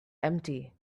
empty